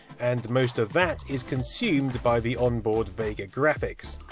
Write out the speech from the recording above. and most of that is consumed by the onboard vega graphics.